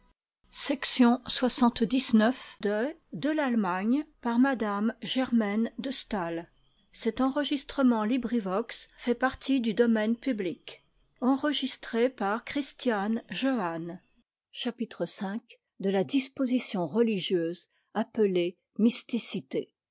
chapitre v de la disposition religieuse appelée mysticité